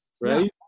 right